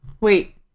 Wait